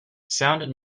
sounded